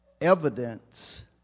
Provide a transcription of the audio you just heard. evidence